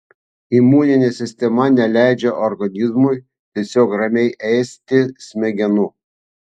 imuninė sistema neleidžia organizmui tiesiog ramiai ėsti smegenų